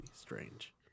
strange